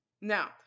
now